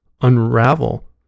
unravel